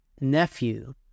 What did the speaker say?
nephew